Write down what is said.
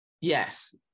Yes